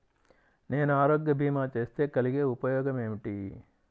నేను ఆరోగ్య భీమా చేస్తే కలిగే ఉపయోగమేమిటీ?